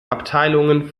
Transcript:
abteilungen